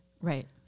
right